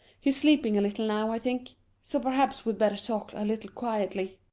he's sleeping a little now, i think so perhaps we'd better talk a little quietly.